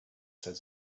says